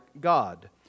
God